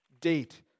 date